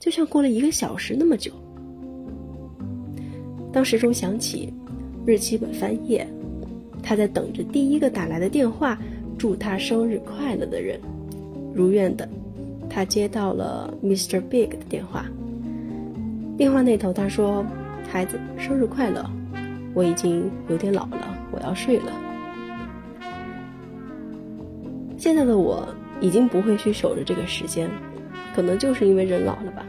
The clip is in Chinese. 就像过了一个小时那么久。当时钟响起，日期本翻页，他在等着第一个打来的电话，祝他生日快乐的人。如愿的，他接到了Mr. Big的电话。电话那头他说，“孩子，生日快乐。我已经有点老了，我要睡了。现在的我已经不会去守着这个时间，可能就是因为人老了吧。